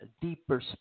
deeper